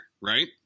right